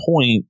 point